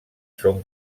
són